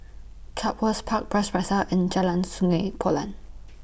Chatsworth Park Bras Basah and Jalan Sungei Poyan